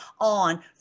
on